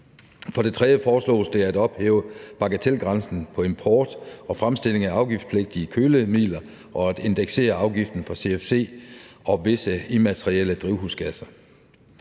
For det tredje foreslås det at ophæve bagatelgrænsen på import og fremstilling af afgiftspligtige kølemidler og at indeksere afgiften for cfc og visse immaterielle drivhusgasser.